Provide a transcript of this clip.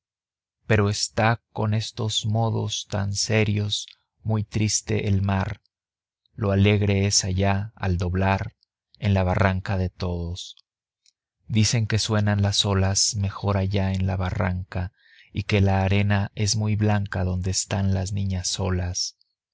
pero está con estos modos tan serios muy triste el mar lo alegre es allá al doblar en la barranca de todos dicen que suenan las olas mejor allá en la barranca y que la arena es muy blanca donde están las niñas solas